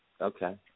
Okay